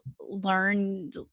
learned